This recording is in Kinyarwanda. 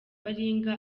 baringa